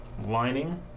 lining